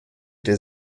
der